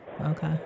okay